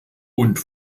und